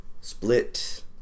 Split